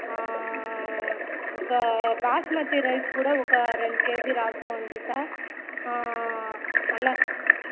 ఒక బాస్మతి రైస్ కూడా ఒక రెండు కేజీ రాసుకోండి సార్ అలా